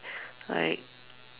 like